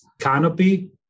canopy